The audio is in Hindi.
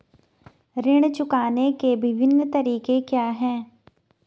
ऋण चुकाने के विभिन्न तरीके क्या हैं?